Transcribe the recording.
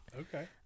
okay